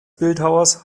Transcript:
bildhauers